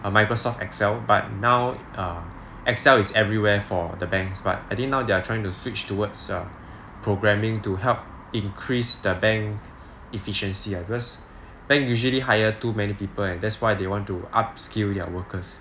err microsoft excel but now um excel is everywhere for the banks but I think now they are trying to switch towards a programming to help increase the bank efficiency ah because bank usually hire too many people and that's why they want to upskill their workers